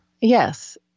Yes